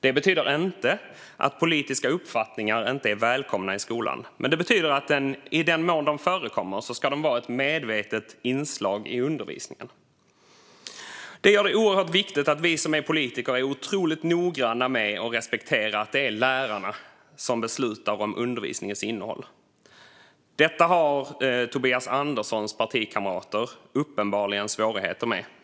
Det betyder inte att politiska uppfattningar inte är välkomna i skolan, men det betyder att i den mån de förekommer ska de vara ett medvetet inslag i undervisningen. Detta gör det oerhört viktigt att vi som är politiker är otroligt noggranna med och respekterar att det är lärarna som beslutar om undervisningens innehåll. Detta har Tobias Anderssons partikamrater uppenbarligen svårigheter med.